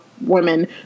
women